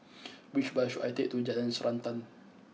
which bus should I take to Jalan Srantan